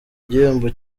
igihembo